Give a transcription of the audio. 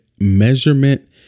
measurement